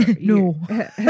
no